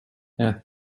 asked